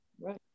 Right